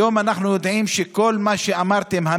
היום אנחנו יודעים שכל מה שאמרתם שכל מה שאמרתם,